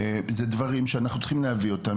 אלה דברים שאנחנו צריכים להביא אותם,